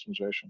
customization